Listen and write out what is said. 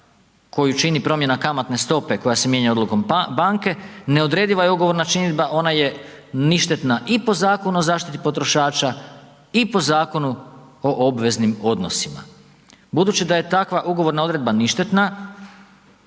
koju čini promjena kamatne stope koja se mijenja odlukom banke neodrediva je ugovorna činidba, ona je ništetna i po Zakonu o zaštiti potrošača i po Zakonu o obveznim odnosima. Budući da je takva ugovorna odredba ništetna,